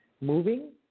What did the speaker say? moving